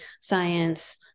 science